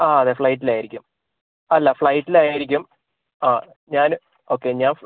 ആ അതെ ഫ്ലൈറ്റിലായിരിക്കും അല്ല ഫ്ലൈറ്റിലായിരിക്കും ആ ഞാൻ ഓക്കെ